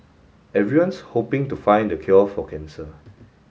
everyone's hoping to find the cure for cancer